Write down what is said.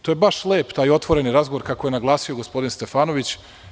To je baš lep taj otvoreni razgovor, kako je naglasio gospodin Stefanović.